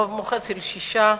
ברוב מוחץ של שישה,